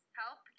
help